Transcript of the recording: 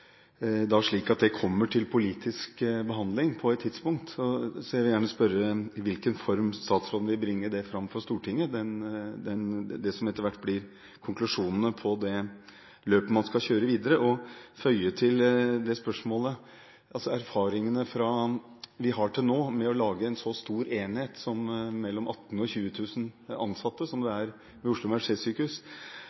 slik at det kommer til politisk behandling på et tidspunkt. Jeg vil gjerne spørre i hvilken form statsråden vil bringe fram for Stortinget det som etter hvert blir konklusjonen på det løpet man skal kjøre videre. Og jeg vil føye til et spørsmål. Erfaringene vi har til nå med å lage en så stor enhet som skal ha mellom 18 000–20 000 ansatte, som det